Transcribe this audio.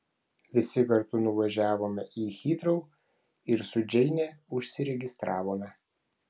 visi kartu nuvažiavome į hitrou ir su džeine užsiregistravome